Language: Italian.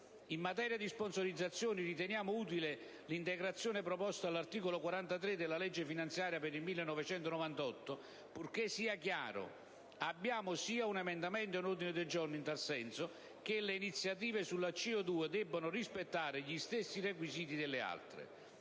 In materia di sponsorizzazioni riteniamo utile l'integrazione proposta all'articolo 43 della legge finanziaria per il 1998, purché sia chiaro (abbiamo sia un emendamento che un ordine del giorno in tal senso) che le iniziative sulla CO2 debbono rispettare gli stessi requisiti delle altre: